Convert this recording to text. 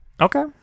Okay